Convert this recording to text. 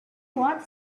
want